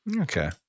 okay